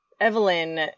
Evelyn